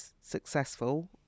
successful